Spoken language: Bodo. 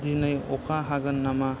दिनै अखा हागोन नामा